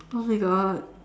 oh my god